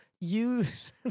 use